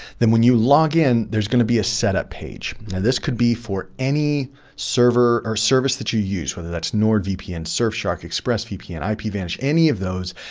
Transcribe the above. then when you log in, there's going to be a setup page. now this could be for any server or service that you use, whether that's nordvpn, surfshock, expressvpn, ipvanish, any of those,